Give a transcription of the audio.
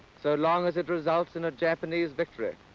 so long as it results in a japanese victory.